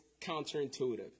counterintuitive